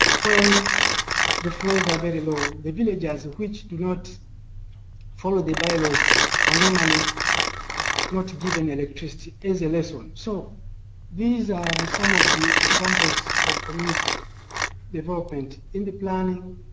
when the flows are very low, the villagers which do not follow the bylaws are normally not given electricity as a lesson. so these are and some of the examples of community development in the planning,